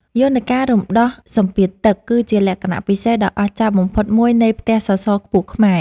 យន្តការរំដោះសម្ពាធទឹក គឺជាលក្ខណៈពិសេសដ៏អស្ចារ្យបំផុតមួយនៃផ្ទះសសរខ្ពស់ខ្មែរ។